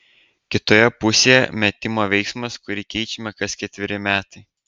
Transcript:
kitoje pusėje metimo veiksmas kurį keičiame kas ketveri metai